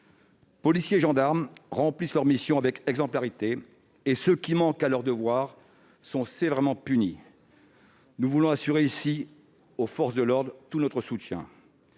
Policiers et gendarmes remplissent leur mission avec exemplarité, et ceux qui manquent à leurs devoirs sont sévèrement punis. Nous voulons assurer ici aux forces de l'ordre tout notre soutien.